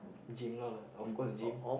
gym all ah of course gym